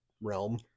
realm